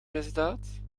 misdaad